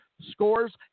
scores